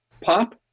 Pop